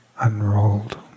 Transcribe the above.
unrolled